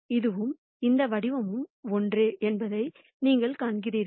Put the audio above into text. இதுவும் இந்த வடிவமும் ஒன்றே என்பதை நீங்கள் கவனிக்கிறீர்கள்